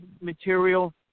material